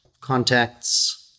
contacts